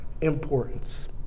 importance